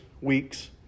weeks